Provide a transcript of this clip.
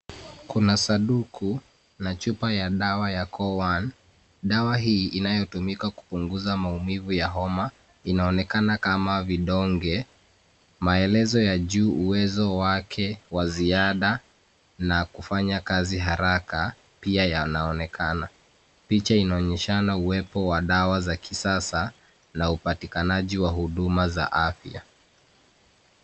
Kuna sanduku na chupa ya dawa ya Careone, dawa hii inayotumika kupunguza maumivu ya homa inaonekana kama vidonge. Maelezo ya juu uwezo wake wa ziada na kufanya kazi haraka pia yanaonekana. Picha inaonyeshana uwepo wa dawa za kisasa na upatikanaji wa huduma za afya.